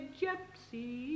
gypsy